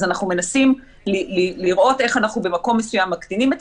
אנחנו מנסים לראות איך אנחנו במקום מסוים מקטינים את